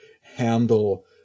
handle